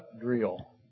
Drill